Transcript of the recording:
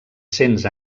cents